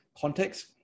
context